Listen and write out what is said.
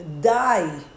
die